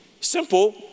simple